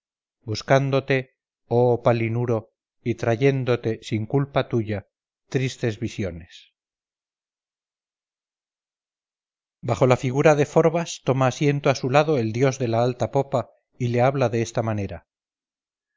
buscándote oh palinuro y trayéndote sin culpa tuya tristes visiones bajo la figura de forbas toma asiento a su lado el dios en la alta popa y le habla de esta manera